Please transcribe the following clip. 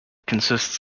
consists